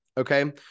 Okay